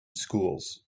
schools